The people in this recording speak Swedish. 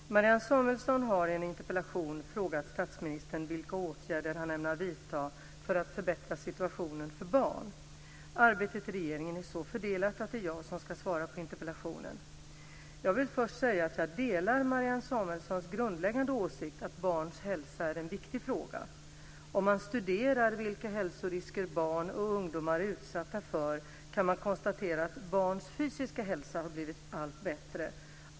Fru talman! Marianne Samuelsson har i en interpellation frågat statsministern vilka åtgärder han ämnar vidta för att förbättra situationen för barn. Arbetet i regeringen är så fördelat att det är jag som ska svara på interpellationen. Jag vill först säga att jag delar Marianne Samuelssons grundläggande åsikt att barns hälsa är en viktig fråga. Om man studerar vilka hälsorisker barn och ungdomar är utsatta för kan man konstatera att barns fysiska hälsa blivit allt bättre.